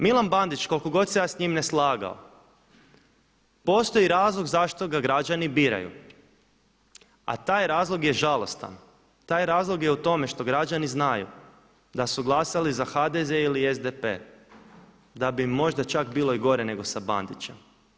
Milan Bandić koliko god se ja s njim ne slagao postoji razlog zašto ga građani biraju, a taj razlog je žalostan, taj razlog je u tome što građani znaju da su glasali za HDZ ili SDP da bi im možda čak bilo i gore nego sa Bandićem.